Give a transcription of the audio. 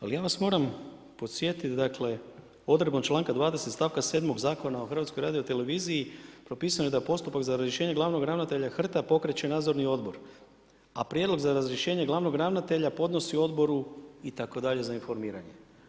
Ali ja vas moram podsjetiti dakle odredbom članka 20. stavka 7. Zakona o HRT-u propisano je da postupak za razrješenje glavnog ravnatelja HRT-a pokreće nadzorni odbor a prijedlog za razrješenje glavnog ravnatelja podnosi Odboru itd. za informiranje.